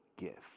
gift